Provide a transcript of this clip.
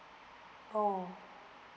oh